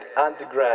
underground